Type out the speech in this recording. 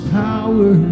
power